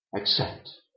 Accept